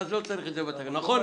ואז לא צריך את זה בתקנה, נכון?